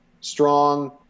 strong